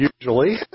usually